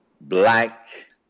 black